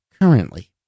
Currently